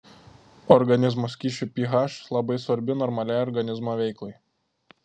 organizmo skysčių ph labai svarbi normaliai organizmo veiklai